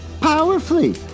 powerfully